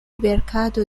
verkado